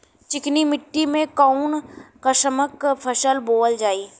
चिकनी मिट्टी में कऊन कसमक फसल बोवल जाई?